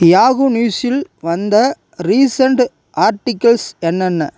Yahoo நியூஸில் வந்த recent articles என்னென்ன